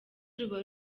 ruba